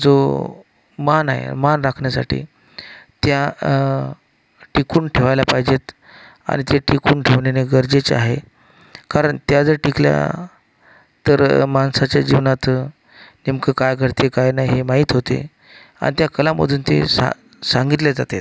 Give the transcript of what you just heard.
जो मान आहे मान राखण्यासाठी त्या टिकवून ठेवायला पाहिजेत आणि ते टिकवून ठेवणे लै गरजेचं आहे कारण त्या जर टिकल्या तर माणसाच्या जीवनात नेमकं काय घडते काय नाही हे माहीत होते आणि त्या कलामधून ते सा सांगितले जाते